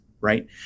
right